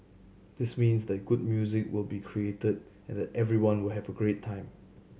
this means that good music will be created and that everyone will have a great time